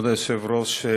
כבוד היושב-ראש,